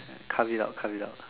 cut it out cut it out